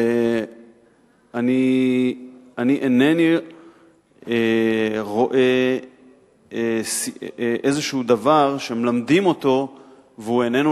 ואני אינני רואה איזה דבר שמלמדים והוא איננו